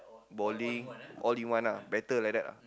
bowling all in one ah better like that lah